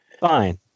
Fine